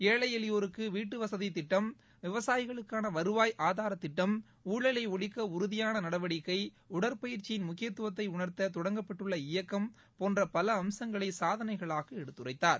ஏழை எளியோருக்கு வீட்டுவசதி திட்டம் விவசாயிகளுக்கான வருவாய் ஆதாரத் திட்டம் ஊழலை ஒழிக்க உறுதியான நடவடிக்கை உடற்பயிற்சியின் முக்கியத்துவத்தை உணா்த்த தொடங்கப்பட்டுள்ள இயக்கம் போன்ற பல அம்சங்களை சாதனைகளாக எடுத்துரைத்தார்